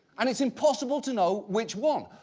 and it's impossible to know which one.